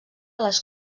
les